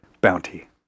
bounty